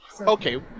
Okay